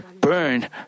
burn